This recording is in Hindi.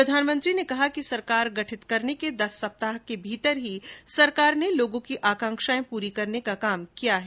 प्रधानमंत्री ने कहा कि सरकार गठित करने के दस सप्ताह के भीतर ही सरकार ने लोगों की आकांक्षाएं प्ररी करने का काम किया है